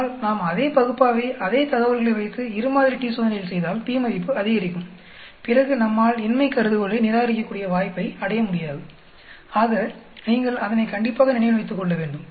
ஆனால் நாம் அதே பகுப்பாய்வை அதே தகவல்களை வைத்து இரு மாதிரி t சோதனையில் செய்தால் p மதிப்பு அதிகரிக்கும் பிறகு நம்மால் இன்மை கருதுகோளை நிராகரிக்கக்கூடிய வாய்ப்பை அடைய முடியாது ஆக நீங்கள் அதனை கண்டிப்பாக நினைவில் வைத்துக்கொள்ளவேண்டும்